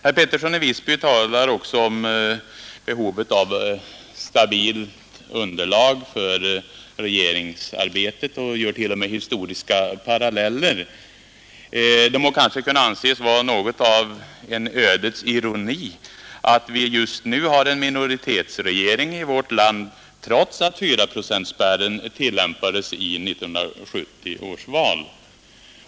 Herr Pettersson i Visby talar också om behovet av stabilt underlag för regeringsarbetet och gör t.o.m. historiska paralleller. Det må kanske anses vara något av en ödets ironi att vi just nu har en minoritetsregering i vårt land, trots att fyraprocentspärren tillämpades i 1970 års val.